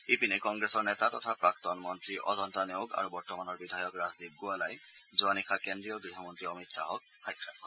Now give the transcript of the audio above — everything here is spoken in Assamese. ইপিনে কংগ্ৰেছৰ নেতা তথা প্ৰাক্তন মন্তী অজন্তা নেওগ আৰু বৰ্তমানৰ বিধায়ক ৰাজদীপ গোৱালাই যোৱা নিশা কেন্দ্ৰীয় গৃহমন্ত্ৰী অমিত শ্বাহক সাক্ষাৎ কৰে